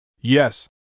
Yes